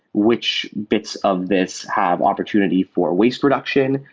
which bits of this have opportunity for waste production?